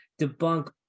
debunk